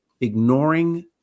ignoring